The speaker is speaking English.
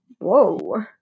Whoa